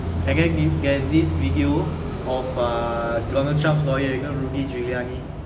and then there's this video of uh donald trump's lawyer rudy giuliani